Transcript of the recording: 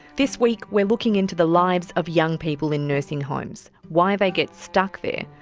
this week we're looking into the lives of young people in nursing homes, why they get stuck there,